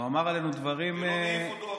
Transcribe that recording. ולא מעיף אותו החוצה.